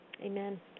Amen